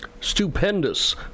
Stupendous